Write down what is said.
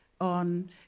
on